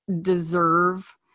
deserve